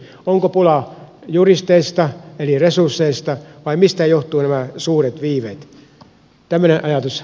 onko pulaa juristeista eli resursseista vai mistä johtuvat nämä suuret viiveet